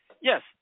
Yes